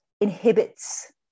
inhibits